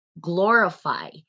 glorify